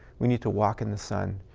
we need to walk in the sun.